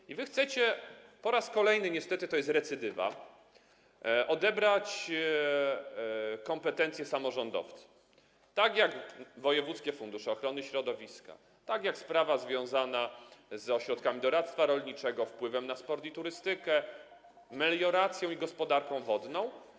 I wy chcecie po raz kolejny, niestety to jest recydywa, odebrać kompetencje samorządowcom, tak jak w przypadku wojewódzkich funduszy ochrony środowiska, sprawy związanej z ośrodkami doradztwa rolniczego, wpływu na sport i turystykę, melioracji i gospodarki wodnej.